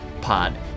pod